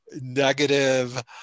negative